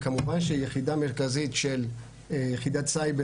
וכמובן יחידה מרכזית של יחידת סייבר